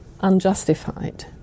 unjustified